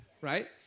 right